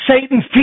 Satan